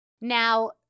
Now